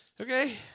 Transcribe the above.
Okay